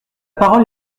parole